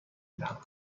دهم